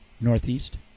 Northeast